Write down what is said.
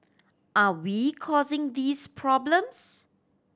are we causing these problems